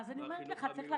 אני אומרת לך: צריך להקפיד.